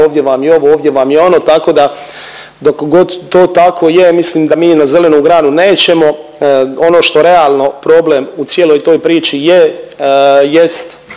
ovdje vam je ovo, ovdje vam je ono tako da dok god to tako je, mislim da mi na zelenu granu nećemo. Ono što realno problem u cijeloj toj priči je, jest